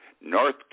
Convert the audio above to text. North